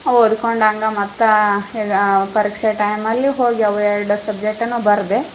ಓದ್ಕೊಂಡು ಹಂಗ ಮತ್ತೆ ಈಗ ಪರೀಕ್ಷೆ ಟೈಮಲ್ಲಿಯೂ ಹೋಗಿ ಅವು ಎರಡು ಸಬ್ಜೆಕ್ಟನ್ನು ಬರೆದೆ